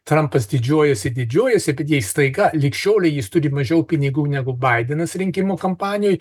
trampas didžiuojasi didžiuojasi bet jei staiga lig šiolei jis turi mažiau pinigų negu baidenas rinkimų kampanijai